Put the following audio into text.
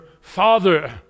Father